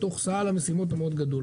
בתוך סל המשימות המאוד גדול,